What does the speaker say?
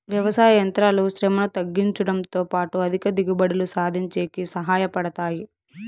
వ్యవసాయ యంత్రాలు శ్రమను తగ్గించుడంతో పాటు అధిక దిగుబడులు సాధించేకి సహాయ పడతాయి